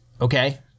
okay